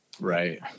Right